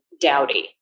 dowdy